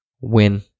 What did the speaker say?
Win